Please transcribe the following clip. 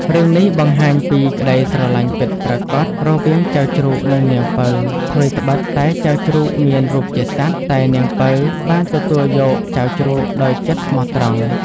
រឿងនេះបង្ហាញពីក្ដីស្រឡាញ់ពិតប្រាកដរវាងចៅជ្រូក និងនាងពៅ ថ្វីត្បិតតែចៅជ្រូកមានរូបជាសត្វ តែនាងពៅបានទទួលយកចៅជ្រូកដោយចិត្តស្មោះត្រង់។